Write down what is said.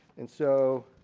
and so,